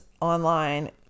online